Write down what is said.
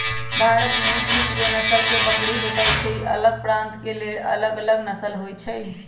भारत में बीसगो नसल के बकरी भेटइ छइ अलग प्रान्त के लेल अलग नसल होइ छइ